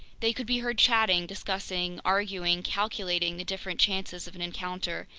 they could be heard chatting, discussing, arguing, calculating the different chances of an encounter,